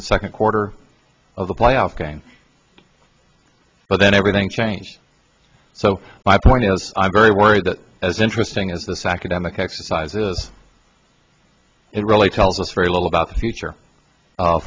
and second quarter of the playoff game but then everything changed so my point is i'm very worried that as interesting as this academic exercise is it really tells us very little about the future